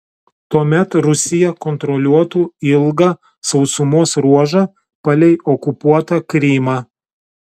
tuomet rusija kontroliuotų ilgą sausumos ruožą palei okupuotą krymą